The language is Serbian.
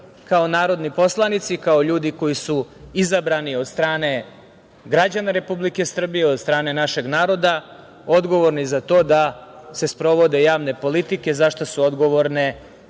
kao narodni poslanici i kao ljudi koji su izabrani od strane građana Republike Srbije, od strane našeg naroda, odgovorni za to da se sprovode javne politike za šta su odgovorna